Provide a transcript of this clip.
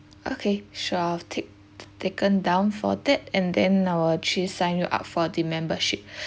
okay sure I've take taken down for that and then I'll actually sign you up for the membership